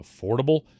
affordable